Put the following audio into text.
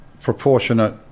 proportionate